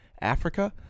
Africa